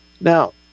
Now